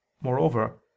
moreover